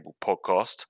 podcast